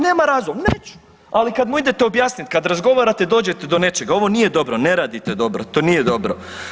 Nema razum, „neću“, ali kad mu idete objasniti, kad razgovarate, dođete do nečega, ovo nije dobro, ne radite dobro, to nije dobro.